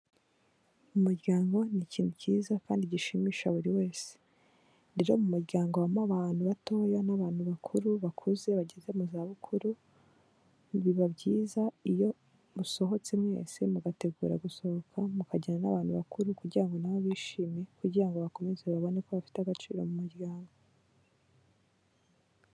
Umuryango ni ikintu cyiza kandi gishimisha buri wese, rero mu muryango habamo aba ahantu batoya n'abantu bakuru bakuze bageze mu zabukuru, biba byiza iyo musohotse mwese mugategura gusohoka mukajyana n'abantu bakuru kugira ngo na bo bishime kugira ngo bakomeze baboneko bafite agaciro mu muryango.